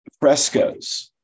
frescoes